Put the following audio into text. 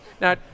Now